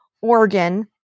organ